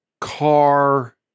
car